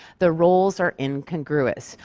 the roles are incongruous,